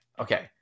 okay